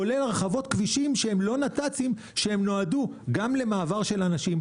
כולל הרחבות כבישים שהם לא נת"צים ונועדו גם למעבר של אנשים.